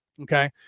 Okay